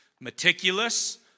meticulous